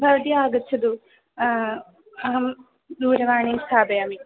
भवती आगच्छतु अहं दूरवाणीं स्थापयामि